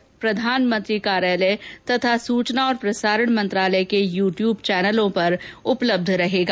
चचए प्रधानमंत्री कार्यालय तथा सूचना और प्रसारण मंत्रालय के यू ट्यूब चैनलों पर उपलब्ध रहेगा